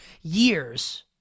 years